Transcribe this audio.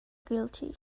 guilty